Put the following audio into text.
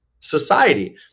society